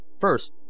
first